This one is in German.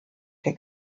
der